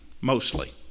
mostly